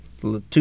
two